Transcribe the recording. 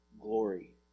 glory